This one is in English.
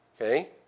Okay